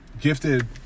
Gifted